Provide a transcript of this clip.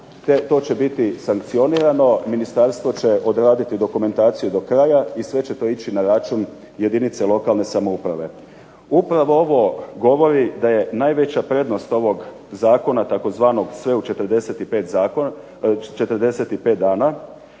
to će biti sankcionirano, ministarstvo će odraditi dokumentaciju do kraja i sve će to ići na račun jedinice lokalne samouprave. Upravo ovo govori da je najveća prednost ovog zakona tzv. "sve u 45 dana"